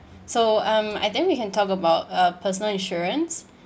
so um I think we can talk about uh personal insurance